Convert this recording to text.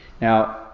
Now